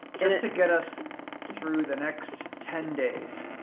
just to get us through the next ten days.